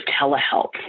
telehealth